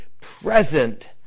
present